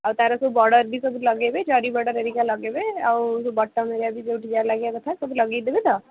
ଆଉ ତାର ସବୁ ବର୍ଡ଼ର ବି ସବୁ ଲଗାଇବେ ଜରି ବର୍ଡ଼ର ହେରିକା ଲଗାଇବେ ଆଉ ବଟମ୍ ହେରିକା ଯେଉଁଠି ଯାହା ଲାଗିବା କଥା ସବୁ ଲଗାଇ ଦେବେ ତ